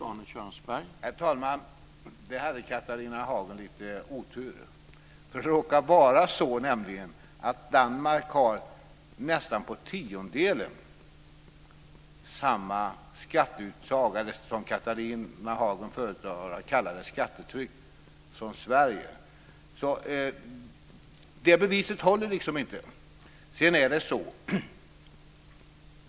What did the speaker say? Herr talman! Där hade Catharina Hagen lite otur. Det råkar nämligen vara så att Danmark har, nästan på tiondelen, samma skatteuttag - eller skattetryck, som Catharina Hagen föredrar att kalla det - som Det beviset håller alltså inte.